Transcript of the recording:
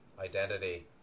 identity